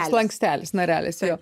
slankstelis narelis jo